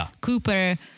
Cooper